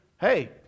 hey